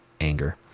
anger